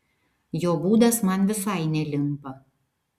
jo būdas man visai nelimpa